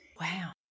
Wow